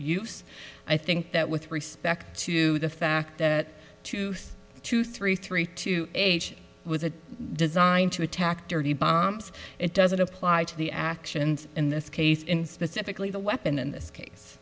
use i think that with respect to the fact that tooth two three three two eight was a design to attack dirty bombs it doesn't apply to the actions in this case in specifically the weapon in this case